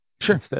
Sure